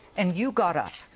and you got up.